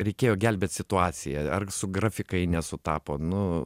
reikėjo gelbėt situaciją ar su grafikai nesutapo nu